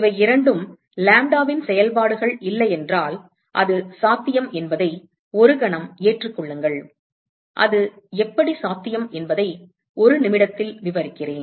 இவை இரண்டும் லாம்ப்டாவின் செயல்பாடுகள் இல்லை என்றால் அது சாத்தியம் என்பதை ஒரு கணம் ஏற்றுக் கொள்ளுங்கள் அது எப்படி சாத்தியம் என்பதை ஒரு நிமிடத்தில் விவரிக்கிறேன்